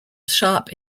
sharp